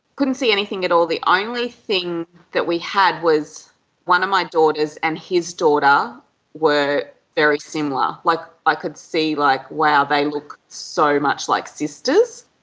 couldn't see anything at all. the only thing that we had was one of my daughters and his daughter were very similar, like, i could see, like wow, they look so much like sisters.